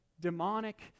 demonic